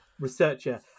researcher